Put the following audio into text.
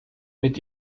mit